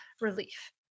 relief